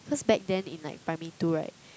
cause back then in like primary two right